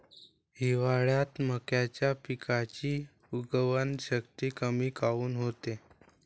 हिवाळ्यात मक्याच्या पिकाची उगवन शक्ती कमी काऊन होते?